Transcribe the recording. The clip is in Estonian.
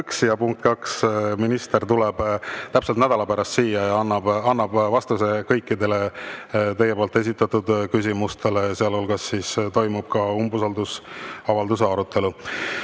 Ja punkt kaks, minister tuleb täpselt nädala pärast siia ja annab vastuse kõikidele teie esitatud küsimustele, sealhulgas toimub ka umbusaldusavalduse arutelu.